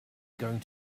going